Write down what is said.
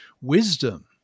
wisdom